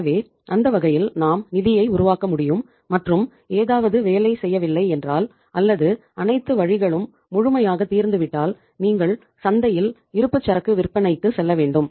எனவே அந்த வகையில் நாம் நிதியை உருவாக்க முடியும் மற்றும் ஏதாவது வேலை செய்யவில்லை என்றால் அல்லது அனைத்து வழிகளும் முழுமையாக தீர்ந்துவிட்டால் நீங்கள் சந்தையில் இருப்புச்சரக்கு விற்பனைக்கு செல்ல வேண்டும்